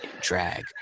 drag